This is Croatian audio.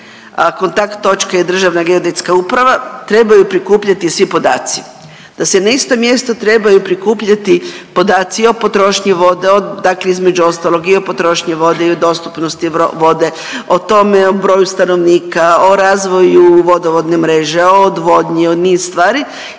kontakt točka je Državna geodetska uprava trebaju prikupljati svi podaci. Da se na istom mjestu trebaju prikupljati podaci o potrošnji vode od, dakle između ostalog i o potrošnji vode i o dostupnosti vode o tome i o broju stanovnika, o razvoju vodovodne mreže, o odvodnji, o niz stvari